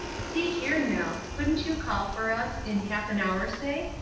see here, nell, couldn't you call for us, in half an hour, say?